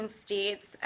states